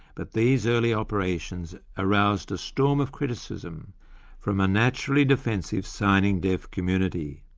but these early operations aroused a storm of criticism from a naturally defensive signing deaf community.